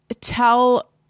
tell –